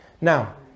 now